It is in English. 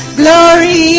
glory